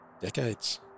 Decades